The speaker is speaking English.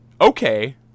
okay